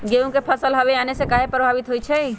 गेंहू के फसल हव आने से काहे पभवित होई छई?